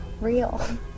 real